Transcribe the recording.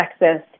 sexist